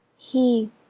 he.